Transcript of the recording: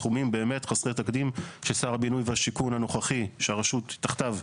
סכומים באמת חסרי תקדים ששר הבינוי והשיכון הנוכחי שהרשות תחתיו,